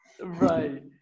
right